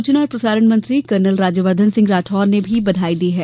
सूचना और प्रसारण मंत्री कर्नल राज्यवर्धन सिंह राठौड़ ने भी बधाई दी है